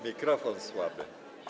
Mikrofon słaby.